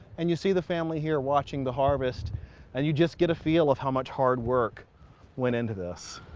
and you see the family here watching the harvest and you just get a feel of how much hard work went into this.